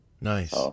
nice